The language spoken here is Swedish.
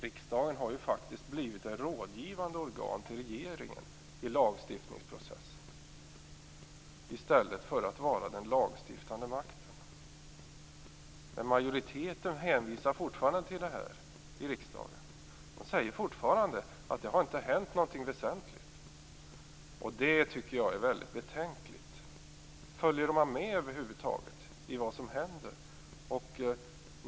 Riksdagen har faktiskt blivit ett rådgivande organ till regeringen i lagstiftningsprocessen i stället för att vara den lagstiftande makten. Men majoriteten hänvisar fortfarande till det här i riksdagen. Man säger fortfarande att det inte har hänt någonting väsentligt. Det tycker jag är mycket betänkligt. Följer man med över huvud taget i vad som händer?